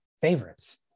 favorites